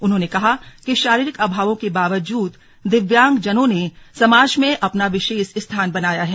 उन्होंने कहा कि शारीरिक अभावों के बावजूद दिव्यांग व्यक्तियों ने समाज में अपना विशेष स्थान बनाया है